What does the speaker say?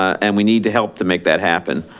and we need to help to make that happen.